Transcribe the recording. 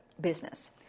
business